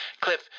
Cliff